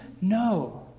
No